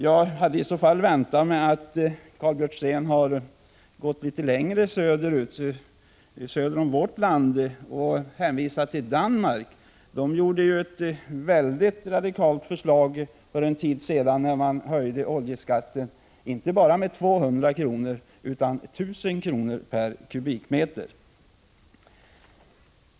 Jag hade snarare väntat mig att Karl Björzén skulle ha gått söderut och hänvisat till Danmark. Där antogs ett mycket radikalt förslag när man för en tid sedan höjde oljeskatten med inte bara 200 utan 1 000 kr. per kubikmeter.